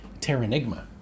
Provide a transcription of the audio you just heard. Terranigma